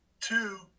two